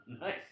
Nice